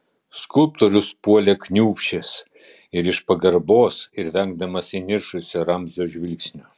skulptorius puolė kniūbsčias ir iš pagarbos ir vengdamas įniršusio ramzio žvilgsnio